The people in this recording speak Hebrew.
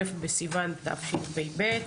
א' בסיוון תשפ"ב.